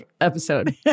episode